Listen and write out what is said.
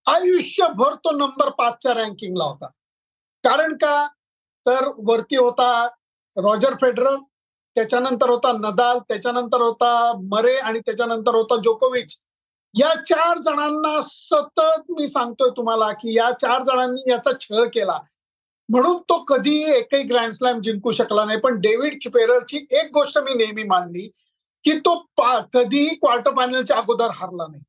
आयुष्यभर तो नंबर पाचच्या ranking होता. कारण का? तर वरती होता रॉजर फेडरर, त्याच्यानंतर होता नदाल, त्याच्यानंतर होता मरे आणि त्याच्यानंतर होता जोकोविच. या चार जणांना सतत मी सांगतोय तुम्हाला की या चार जणांनी याचा छळ केला. म्हणून तो कधीही एकही Grand Slam जिंकू शकला नाही. पण डेव्हिड फेरलची एक गोष्ट मी नेहमी मानली की तो पा- कधीही quarter final अगोदर हारला नाही.